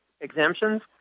exemptions